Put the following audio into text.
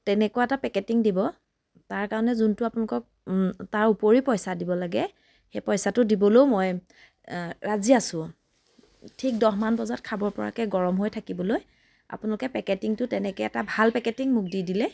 তেনেকুৱা এটা পেকেটিং দিব তাৰ কাৰণে যোনটো আপোনালোকক তাৰ উপৰি পইচা দিব লাগে সেই পইচাটো দিবলৈও মই ৰাজি আছো ঠিক দহ মান বজাত খাব পৰাকৈ গৰম হৈ থাকিবলৈ আপোনালোকে পেকেটিংটো তেনেকৈ এটা ভাল পেকেটিং মোক দি দিলে